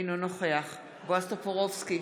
אינו נוכח בועז טופורובסקי,